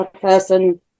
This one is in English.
person